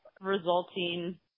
resulting